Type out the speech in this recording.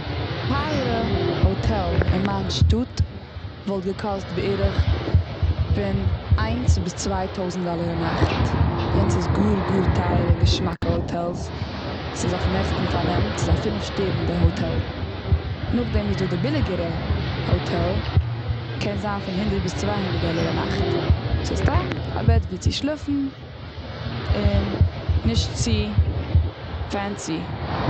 טייערע האטעל און מיין שטאט, וואלט געקאסט בערך פון איינס ביז צוויי טויזנט דאלער א נאכט. יענץ איז גאר, גאר טייער און געשמאקע האטעלס, ס'איז אויפן העכסטן פארנעם. ס'איז א פינעף שטערנדע האטעל. נאך דעם איז דא די ביליגערע האטעל, קען זיין פון הונדערט ביז צוויי הונדערט דאלער א נאכט. ס'איז סתם א בעט ווי צו שלאפן, און נישט צו פענסי.